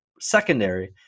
secondary